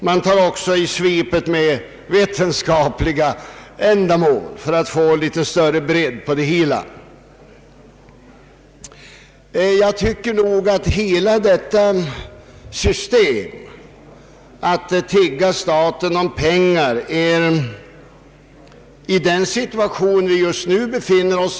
Man tar också i samma svep med vetenskapliga ändamål för att få litet större bredd på det hela. Jag anser nog att hela detta system att tigga staten om pengar är ytterst olämpligt i den situation vi nu befinner oss.